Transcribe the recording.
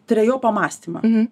trejopą mąstymą